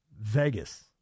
Vegas